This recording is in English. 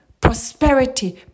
prosperity